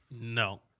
No